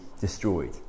destroyed